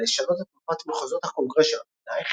לשנות את מפת מחוזות הקונגרס של המדינה,